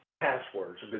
Passwords